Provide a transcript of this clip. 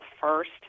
first